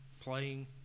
playing